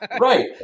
Right